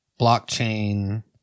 blockchain